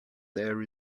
there